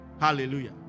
Hallelujah